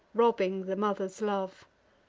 robbing the mother's love.